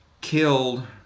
killed